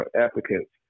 applicants